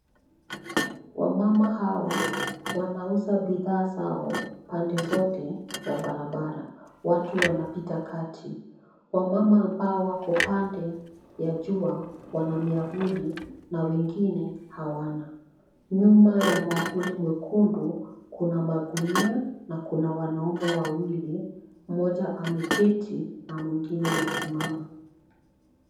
Wamama hawa wanauza bidhaa zao pande zote za barabara, watu wanapita kati wamama ambao wako pande ya jua wanamiavuli na wengine hawana, nyuma ya mwavuli mwekundu kuna magunia na kuna wanaume wawili mmoja ameketi na mwingine amesimama.